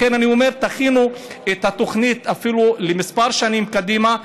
לכן אני אומר: תכינו את התוכנית אפילו לכמה שנים קדימה,